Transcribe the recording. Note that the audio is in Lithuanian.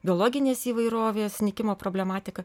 biologinės įvairovės nykimo problematiką